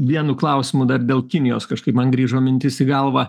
vienu klausimu dar dėl kinijos kažkaip man grįžo mintis į galvą